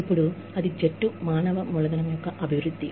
ఇప్పుడు అది జట్టు మానవ మూలధనం యొక్క అభివృద్ధి